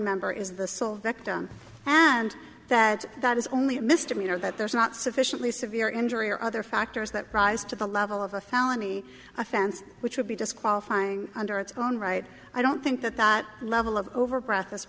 member is the sole victim and that that is only a misdemeanor that there is not sufficiently severe injury or other factors that rise to the level of a felony offense which would be disqualifying under its own right i don't think that that level of over